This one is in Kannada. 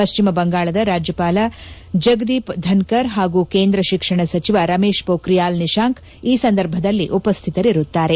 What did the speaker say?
ಪಶ್ಚಿಮ ಬಂಗಾಳದ ರಾಜ್ಯಪಾಲ ಜಗದೀಪ್ ಧನ್ಕರ್ ಹಾಗೂ ಕೇಂದ್ರ ಶಿಕ್ಷಣ ಸಚಿವ ರಮೇಶ್ ಪೋಖ್ರಿಯಾಲ್ ನಿಶಾಂಕ್ ಈ ಸಂದರ್ಭದಲ್ಲಿ ಉಪಸ್ಥಿತರಿರುತ್ತಾರೆ